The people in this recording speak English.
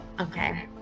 Okay